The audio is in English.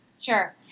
Sure